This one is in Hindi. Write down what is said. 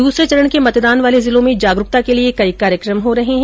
दूसरे चरण के मतदान वाले जिलों में जागरूकता के लिये कई कार्यक्रम हो रहे है